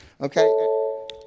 okay